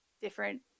different